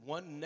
One